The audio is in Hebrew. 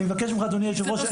אדוני היושב-ראש,